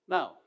Now